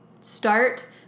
Start